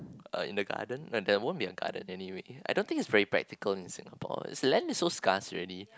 uh in the garden uh there won't be a garden anyway I don't think it is very practical in Singapore land is so scarce already